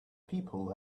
people